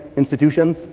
institutions